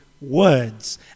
words